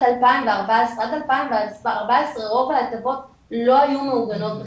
2014. עד 2014 רוב ההטבות לא היו מעוגנות בחקיקה.